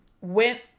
Went